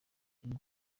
rwego